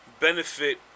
benefit